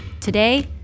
Today